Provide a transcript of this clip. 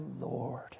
Lord